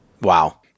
Wow